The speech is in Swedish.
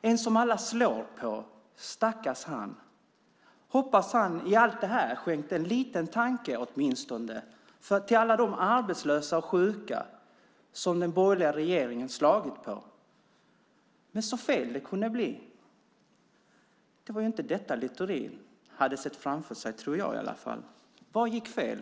en som alla slår på. Stackars han! Hoppas att han i allt det här skänkt en liten tanke åtminstone till alla de arbetslösa och sjuka som den borgerliga regeringen har slagit på. Men så fel det kunde bli. Det var ju inte detta Littorin hade sett framför sig - tror jag i alla fall. Vad gick fel?